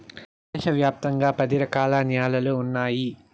దేశ వ్యాప్తంగా పది రకాల న్యాలలు ఉన్నాయి